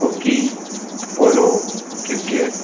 hokey polo cricket